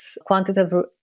quantitative